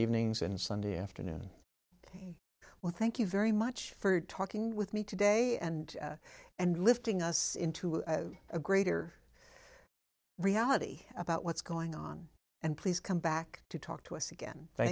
evenings and sunday afternoon well thank you very much for talking with me today and and lifting us into a greater reality about what's going on and please come back to talk to us again th